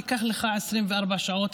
ייקח לך 24 שעות,